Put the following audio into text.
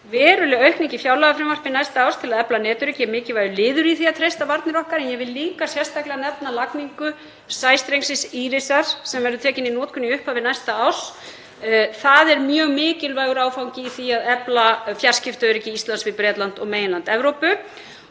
Veruleg aukning í fjárlagafrumvarpi næsta árs til að efla netöryggi er mikilvægur liður í því að treysta varnir okkar. En ég vil líka sérstaklega nefna lagningu sæstrengsins Írisar sem verður tekinn í notkun í upphafi næsta árs. Það er mjög mikilvægur áfangi í því að efla fjarskiptaöryggi Íslands við Bretland og meginland Evrópu.